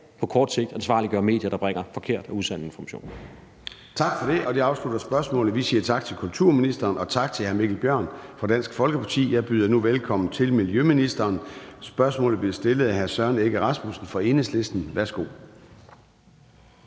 på kort sigt ansvarliggør medier, der bringer forkerte og usande informationer. Kl. 13:38 Formanden (Søren Gade): Tak for det. Det afslutter spørgsmålet. Vi siger tak til kulturministeren og tak til hr. Mikkel Bjørn fra Dansk Folkeparti. Jeg byder nu velkommen til miljøministeren. Spørgsmålet bliver stillet af hr. Søren Egge Rasmussen fra Enhedslisten. Kl.